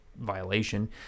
violation